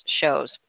shows